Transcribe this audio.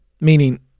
meaning